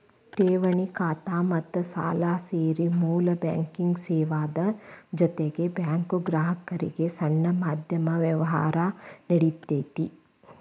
ಠೆವಣಿ ಖಾತಾ ಮತ್ತ ಸಾಲಾ ಸೇರಿ ಮೂಲ ಬ್ಯಾಂಕಿಂಗ್ ಸೇವಾದ್ ಜೊತಿಗೆ ಬ್ಯಾಂಕು ಗ್ರಾಹಕ್ರಿಗೆ ಸಣ್ಣ ಮಧ್ಯಮ ವ್ಯವ್ಹಾರಾ ನೇಡ್ತತಿ